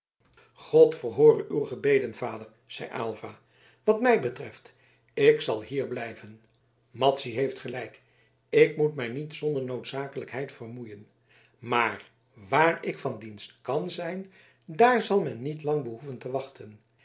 god verhoore uw gebeden vader zeide aylva wat mij betreft ik zal hier blijven madzy heeft gelijk ik moet mij niet zonder noodzakelijkheid vermoeien maar waar ik van dienst kan zijn daar zal men mij niet lang behoeven te wachten